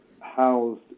housed